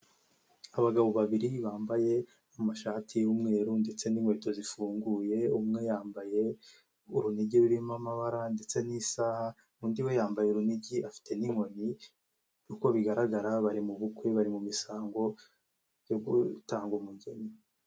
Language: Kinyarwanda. Abagabo babiri bambaye amashati y'umweru ndetse n'inkweto zifunguye umwe yambaye urunigi rurimo amabara ndetse n'isaha undi we yambaye urunigi afite n'inkoni uko bigaragara bari mu bukwe bari mu misango yo gutanga umugeni.